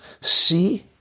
See